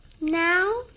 Now